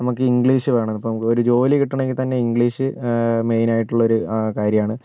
നമുക്ക് ഇംഗ്ലീഷ് വേണം ഇപ്പം ഒരു ജോലി കിട്ടണമെങ്കിൽത്തന്നെ ഇംഗ്ലീഷ് വേണം ഇംഗ്ലീഷ് മെയിനായിട്ടുള്ളൊരു കാര്യമാണ്